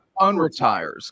unretires